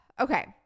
Okay